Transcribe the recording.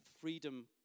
Freedom